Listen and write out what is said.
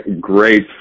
great